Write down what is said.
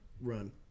run